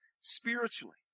spiritually